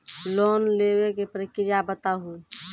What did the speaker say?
Loan लेवे के प्रक्रिया बताहू?